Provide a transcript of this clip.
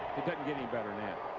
get get any better than